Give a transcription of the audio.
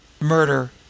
Murder